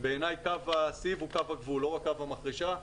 בעיני קו הסיב הוא קו הגבול ולא רק קו המחרשה.